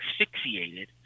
asphyxiated